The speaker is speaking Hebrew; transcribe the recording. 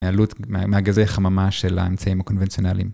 העלות מהגזי חממה של האמצעים הקונבנציונליים.